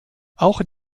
auch